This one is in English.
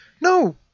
no